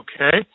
Okay